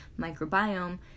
microbiome